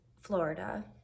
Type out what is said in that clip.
Florida